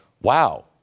Wow